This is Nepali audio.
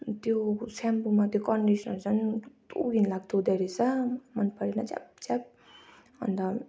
त्यो सेम्पोमा त्यो कन्डिस्नर झन् कस्तो घिन लाग्दो हुँदो रहेछ मन परेन च्याप च्याप अन्त